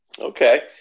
Okay